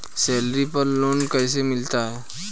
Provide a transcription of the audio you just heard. Salary पर loan कैसे मिलता है?